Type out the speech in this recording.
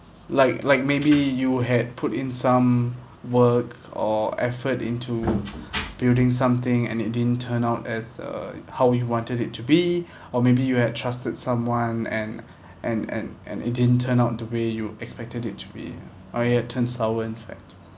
like like maybe you had put in some work or effort into building something and it didn't turn out as uh how you wanted it to be or maybe you had trusted someone and and and and it didn't turn out the way you expected it to be or it had turned sour in fact